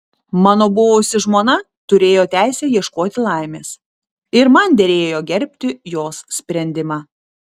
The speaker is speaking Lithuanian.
mano buvusi žmona turėjo teisę ieškoti laimės ir man derėjo gerbti jos sprendimą